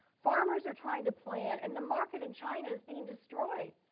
farmers are trying to plan and the market in china is being destroyed.